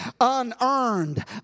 unearned